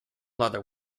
leather